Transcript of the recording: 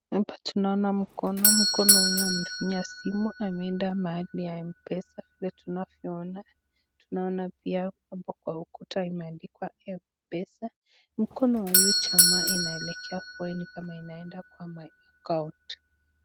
Hapa tunaona mkono, mkono huyu anafinya simu ameenda mahali ya m-pesa tunavyoona, tunaona pia hapo kwa ukuta imeandikwa m-pesa , mkono wa huyu jamaa inaelekea ni kama imeenda kwa my account .